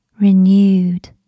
Renewed